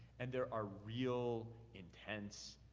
and there are real, intense,